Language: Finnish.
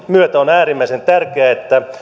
myötä on äärimmäisen tärkeää että